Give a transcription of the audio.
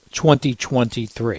2023